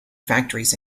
factories